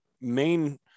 main